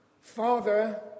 Father